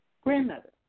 Grandmother